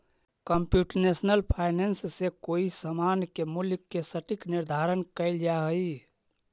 computational finance से कोई समान के मूल्य के सटीक निर्धारण कैल जा हई